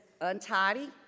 untidy